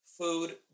food